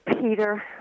Peter